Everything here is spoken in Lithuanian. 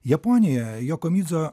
japonijoje jakomidzo